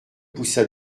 poussa